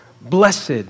blessed